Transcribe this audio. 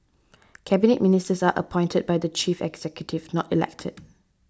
Cabinet Ministers are appointed by the chief executive not elected